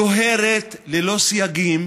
דוהרת ללא סייגים,